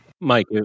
mike